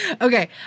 Okay